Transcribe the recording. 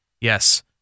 Yes